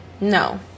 No